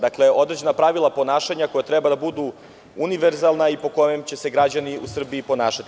Dakle, određena pravila ponašanja koja treba da budu univerzalna i po kojima će se građani u Srbiji ponašati.